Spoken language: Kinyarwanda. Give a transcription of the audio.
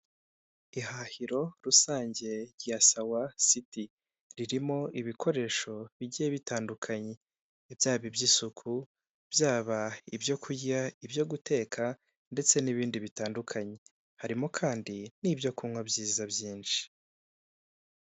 Ihahiro rusange rya Sawa siti ririmo ibikoresho bijye bitandukanye, byaba iby'isuku, byaba ibyo kurya, ibyo guteka ndetse n'ibindi bitandukanye. Harimo kandi n'ibyo kunywa byiza byinshi.